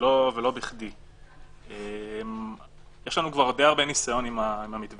ולא מתקיימים בהם דיונים אחרים בהליכים פליליים,